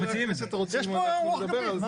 יש פה רוח גבית.